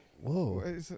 Whoa